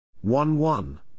One-one